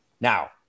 Now